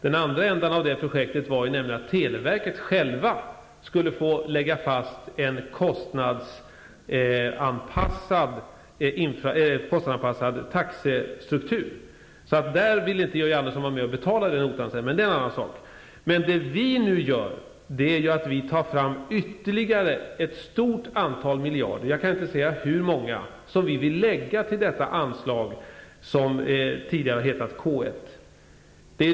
Den andra ändan av det projektet var nämligen att televerket självt skulle få lägga fast en kostnadsanpassad taxestruktur. Där ville Georg Andersson inte vara med och betala notan sedan. Men det är en annan sak. Vad vi nu gör är att vi tar fram ytterligare ett stort antal miljarder, jag kan inte säga hur många, som vi vill lägga till detta anslag som tidigare har hetat K1.